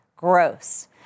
Gross